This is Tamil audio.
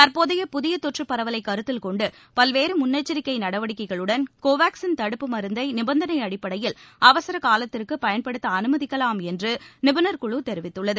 தற்போதைய புதிய தொற்று பரவலை கருத்தில் கொண்டு பல்வேறு முன்னெச்சரிக்கை நடவடிக்கைகளுடன் கோவேக்ஸின் தடுப்பு மருந்தை நிபந்தனை அடிப்படையில் அவசர காலத்திற்கு பயன்படுத்த அனுமதிக்கலாம் என்று நிபுணர் குழு தெரிவித்துள்ளது